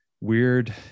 weird